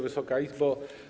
Wysoka Izbo!